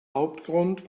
hauptgrund